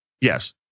Yes